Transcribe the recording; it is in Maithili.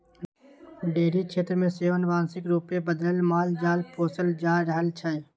डेयरी क्षेत्र मे सेहो आनुवांशिक रूपे बदलल मालजाल पोसल जा रहल छै